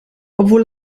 obwohl